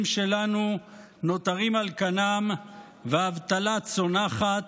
שלנו נותרים על כנם והאבטלה צונחת,